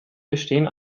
bestehen